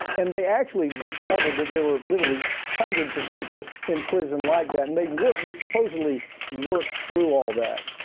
and they actually discovered that there were literally hundreds of people in prison like that, and they've worked, they supposedly worked through all that.